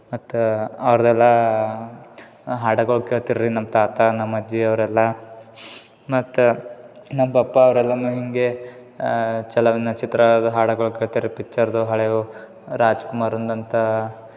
ಮತ್ತು ಅವ್ರ್ದೆಲ್ಲಾ ಹಾಡಗಳು ಕೇಳ್ತಾರೆ ರೀ ನಮ್ಮ ತಾತ ನಮ್ಮ ಅಜ್ಜಿ ಅವರೆಲ್ಲ ಮತ್ತು ನಮ್ಮ ಪಪ್ಪ ಅವರೆಲ್ಲರೂ ಹೀಗೆ ಚೆಲುವಿನ ಚಿತ್ರ ಅವ ಹಾಡಗಳು ಕೇಳ್ತಾರೆ ರೀ ಪಿಚ್ಚರ್ದು ಹಳೆವು ರಾಜ್ಕುಮಾರಂದು ಅಂತ